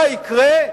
מה יקרה?